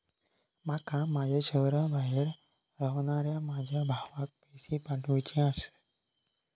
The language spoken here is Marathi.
माका माझ्या शहराबाहेर रव्हनाऱ्या माझ्या भावाक पैसे पाठवुचे आसा